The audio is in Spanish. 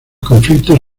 conflictos